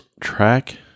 track